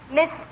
Miss